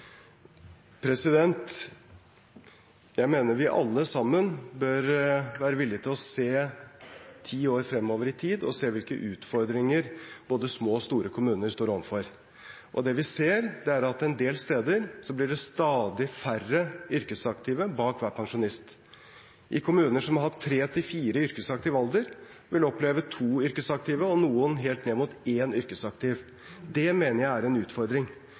Jeg mener vi alle sammen bør være villige til å se ti år fremover i tid og se hvilke utfordringer både små og store kommuner står overfor. Det vi ser, er at en del steder blir det stadig færre yrkesaktive bak hver pensjonist. Kommuner som har hatt tre–fire i yrkesaktiv alder, vil oppleve to yrkesaktive, og noen helt ned mot én yrkesaktiv. Det mener jeg er en utfordring.